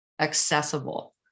accessible